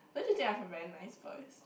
don't you think I have a very nice voice